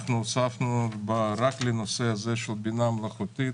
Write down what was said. אנחנו הוספנו רק לנושא הזה של הבינה המלאכותית